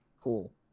Cool